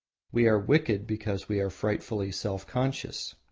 we are wicked because we are frightfully self-conscious.